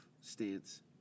stance